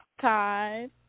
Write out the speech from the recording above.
time